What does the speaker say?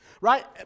Right